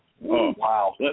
wow